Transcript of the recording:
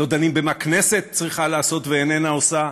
לא דנים במה הכנסת צריכה לעשות ואיננה עושה,